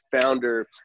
founder